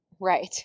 Right